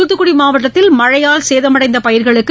தூத்துக்குடி மாவட்டத்தில் மழையால் சேதமடைந்த பயிர்களுக்கு